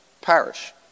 parish